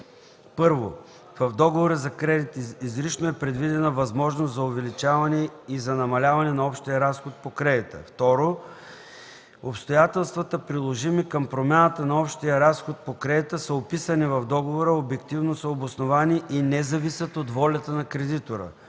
1. в договора за кредит изрично е предвидена възможност за увеличаване и за намаляване на общия разход по кредита; 2. обстоятелствата, приложими към промяната на общия разход по кредита са описани в договора, обективно са обосновани и не зависят от волята на кредитора.